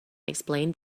explained